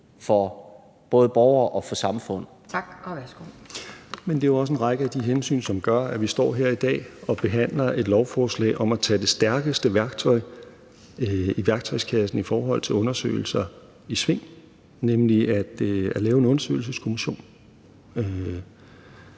Justitsministeren (Nick Hækkerup): Men det er jo også en række af de hensyn, som gør, at vi står her i dag og behandler et lovforslag om at tage det stærkeste værktøj i værktøjskassen i forhold til undersøgelser i brug, nemlig at lave en undersøgelseskommission.